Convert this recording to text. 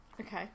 okay